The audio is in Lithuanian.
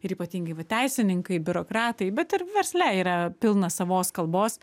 ir ypatingai va teisininkai biurokratai bet ir versle yra pilna savos kalbos